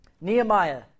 Nehemiah